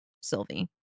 Sylvie